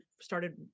started